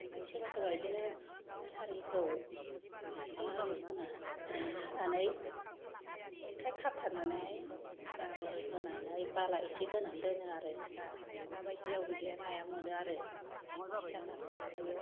आमफ्राइ सोरबा सोरबा इदिनो मुसारिखौ ओरै ख'ना ओरै ख'ना खानानै अन्थाइ खाबथानानै जाबोर होनानै बाला एसे होनानै दोनो आरो दा दा बायदियाव बिदिया नाया मोनो आरो बोथिया नाखौ आमफ्राइयो